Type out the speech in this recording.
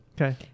Okay